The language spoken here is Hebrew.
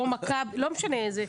לא משנה איזה.